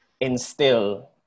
instill